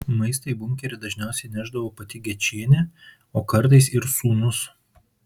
maistą į bunkerį dažniausiai nešdavo pati gečienė o kartais ir sūnus